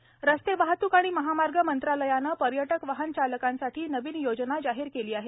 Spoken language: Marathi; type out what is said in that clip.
पर्यटक वाहन रस्ते वाहतूक आणि महामार्ग मंत्रालयाने पर्यटक वाहनचालकांसाठी नवीन योजना जाहीर केली आहे